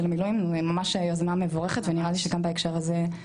המילואמניות זה ממש יוזמה מבורכת וניראה לי שגם בהקשר הזה,